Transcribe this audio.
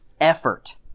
effort